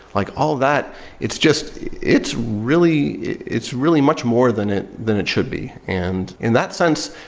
like all that it's just it's really it's really much more than it than it should be and in that sense,